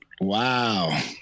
Wow